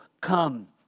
come